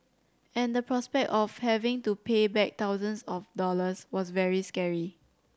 and the prospect of having to pay back thousands of dollars was very scary